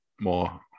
more